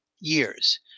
years